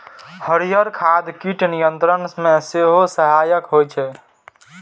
हरियर खाद कीट नियंत्रण मे सेहो सहायक होइ छै